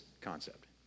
concept